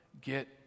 get